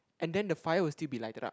and then the fire will still be lighted up